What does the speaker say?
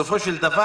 בסופו של דבר,